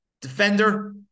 defender